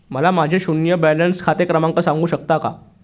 मला माझे शून्य बॅलन्स खाते क्रमांक सांगू शकता का?